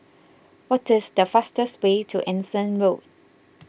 what is the fastest way to Anson Road